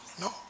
No